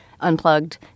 Unplugged